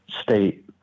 state